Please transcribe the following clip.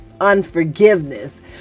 unforgiveness